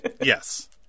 Yes